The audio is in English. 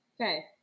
okay